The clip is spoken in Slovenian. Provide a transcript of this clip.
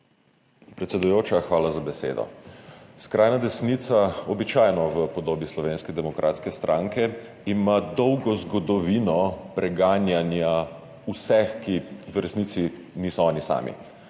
Predsedujoča, hvala za besedo. Skrajna desnica, običajno v podobi Slovenske demokratske stranke, ima dolgo zgodovino preganjanja vseh, ki v resnici niso oni sami.